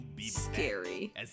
Scary